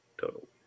total